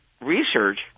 research